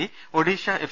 C Odisha F